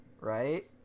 right